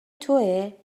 تویه